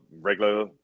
regular